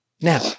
Now